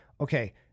Okay